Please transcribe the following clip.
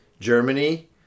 Germany